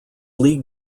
league